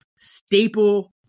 staple